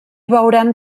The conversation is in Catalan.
veurem